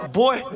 boy